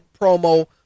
promo